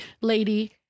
lady